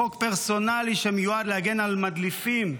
חוק פרסונלי שמיועד להגן על מדליפים,